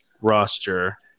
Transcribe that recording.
roster